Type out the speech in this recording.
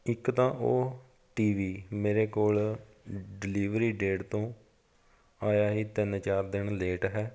ਇੱਕ ਤਾਂ ਉਹ ਟੀ ਵੀ ਮੇਰੇ ਕੋਲ ਡਿਲੀਵਰੀ ਡੇਟ ਤੋਂ ਆਇਆ ਹੀ ਤਿੰਨ ਚਾਰ ਦਿਨ ਲੇਟ ਹੈ